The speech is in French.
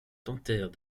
tentèrent